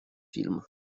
film